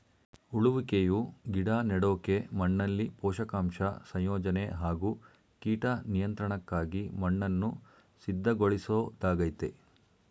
ಉಳುವಿಕೆಯು ಗಿಡ ನೆಡೋಕೆ ಮಣ್ಣಲ್ಲಿ ಪೋಷಕಾಂಶ ಸಂಯೋಜನೆ ಹಾಗೂ ಕೀಟ ನಿಯಂತ್ರಣಕ್ಕಾಗಿ ಮಣ್ಣನ್ನು ಸಿದ್ಧಗೊಳಿಸೊದಾಗಯ್ತೆ